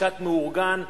משט מאורגן,